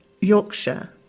Yorkshire